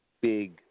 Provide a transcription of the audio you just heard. big